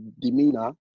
demeanor